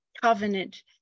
covenant